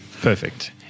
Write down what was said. Perfect